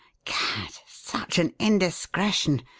gad! such an indiscretion!